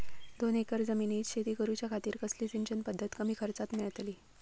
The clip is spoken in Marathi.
दोन एकर जमिनीत शेती करूच्या खातीर कसली सिंचन पध्दत कमी खर्चात मेलतली?